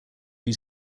due